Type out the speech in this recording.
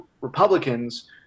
republicans